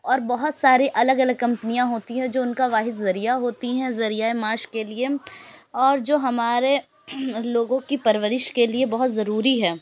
اور بہت ساری الگ الگ کمپنیاں ہوتی ہیں جو اُن کا واحد ذریعہ ہوتی ہیں جو ذریعۂ معاش کے لیے اور جو ہمارے لوگوں کی پرورش کے لیے بہت ضروری ہے